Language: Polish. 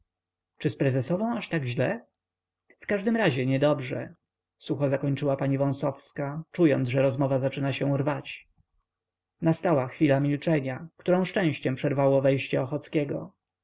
z prezesową aż tak źle w każdym razie niedobrze sucho zakończyła pani wąsowska czując że rozmowa zaczyna się rwać nastała chwila milczenia którą szczęściem przerwało wejście